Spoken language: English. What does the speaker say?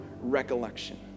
recollection